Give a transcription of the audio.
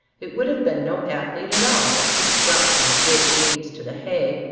it would have been no athlete at all that couldn't jump from the great beams to the hay,